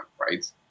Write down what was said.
right